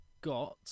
got